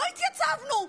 לא התייצבנו.